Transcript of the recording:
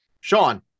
Sean